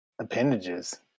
appendages